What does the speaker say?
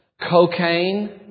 cocaine